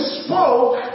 spoke